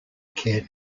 care